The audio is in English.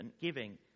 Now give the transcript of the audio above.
giving